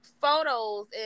photos